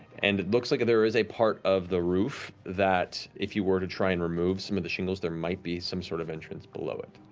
and it looks like there is a part of the roof that, if you were to try and remove some of the shingles, there might be some sort of entrance below it.